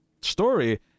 story